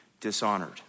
dishonored